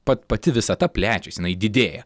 pat pati visata plečiasi jinai didėja